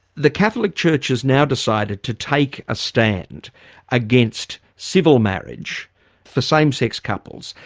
the catholic church has now decided to take a stand against civil marriage for same-sex couples,